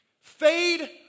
fade